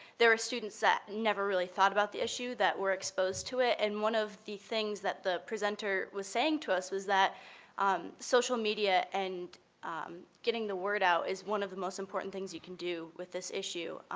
there were students that never really thought about the issue that were exposed to it, and one of the things that the presenter was saying to us was that um social media and getting the word out is one of the most important things you can do with this issue,